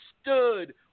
stood